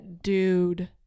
dude